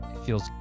Feels